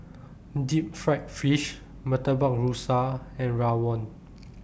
Deep Fried Fish Murtabak Rusa and Rawon